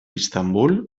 istanbul